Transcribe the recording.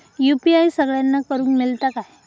UPI सगळ्यांना करुक मेलता काय?